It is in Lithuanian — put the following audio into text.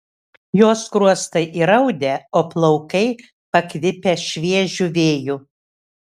jos skruostai įraudę o plaukai pakvipę šviežiu vėju